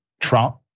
Trump